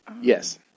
Yes